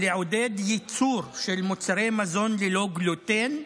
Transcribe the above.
לעודד ייצור של מוצרי מזון ללא גלוטן.